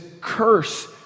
curse